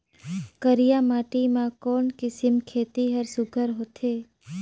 करिया माटी मा कोन किसम खेती हर सुघ्घर होथे?